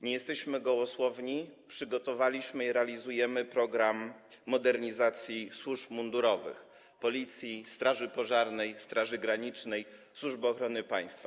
Nie jesteśmy gołosłowni, przygotowaliśmy i realizujemy program modernizacji służb mundurowych: Policji, Państwowej Straży Pożarnej, Straży Granicznej, Służby Ochrony Państwa.